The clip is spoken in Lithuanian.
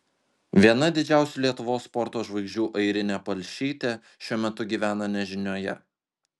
viena didžiausių lietuvos sporto žvaigždžių airinė palšytė šiuo metu gyvena nežinioje